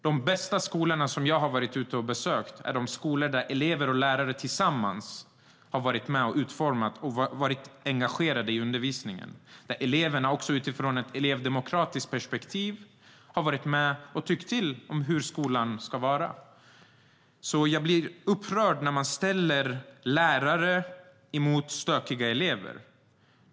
De bästa skolor jag har varit ute och besökt är de skolor där elever och lärare tillsammans har utformat och varit engagerade i undervisningen. Det är de skolor där eleverna utifrån ett elevdemokratiskt perspektiv har varit med och tyckt till om hur skolan ska vara. Jag blir därför upprörd när man ställer lärare mot stökiga elever.